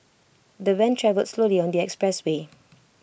the van travelled slowly on the expressway